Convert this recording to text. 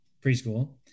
preschool